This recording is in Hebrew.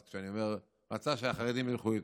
אז אני אומר, הוא רצה שהחרדים ילכו איתו.